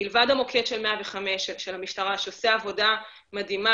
מלבד מוקד 105 של המשטרה שעושה עבודה מדהימה